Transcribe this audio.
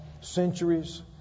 centuries